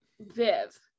Viv